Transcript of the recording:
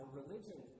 religion